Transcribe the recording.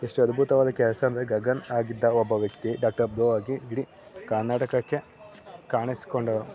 ಎಷ್ಟು ಅದ್ಭುತವಾದ ಕೆಲಸ ಅಂದರೆ ಗಗನ್ ಆಗಿದ್ದ ಒಬ್ಬ ವ್ಯಕ್ತಿ ಡಾಕ್ಟರ್ ಬ್ರೋ ಆಗಿ ಇಡಿ ಕರ್ನಾಟಕಕ್ಕೆ ಕಾಣಿಸ್ಕೊಂಡರು